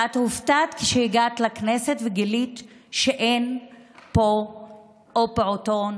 שהופתעת כשהגעת לכנסת וגילית שאין פה פעוטון